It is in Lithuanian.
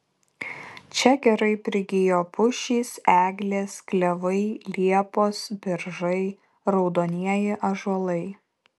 čia gerai prigijo pušys eglės klevai liepos beržai raudonieji ąžuolai